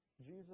Jesus